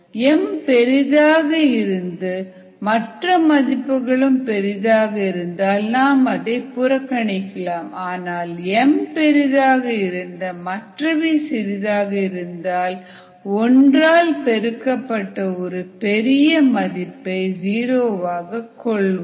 m பெரிதாக இருந்து மற்ற மதிப்புகளும் பெரிதாக இருந்தால் நாம் அதை புறக்கணிக்கலாம் ஆனால் m பெரிதாக இருந்து மற்றவை சிறியதாக இருந்தால் ஒன்றால் பெருக்கப்பட்ட ஒரு பெரிய மதிப்பை ஜீரோவாக கொள்வோம்